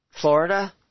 Florida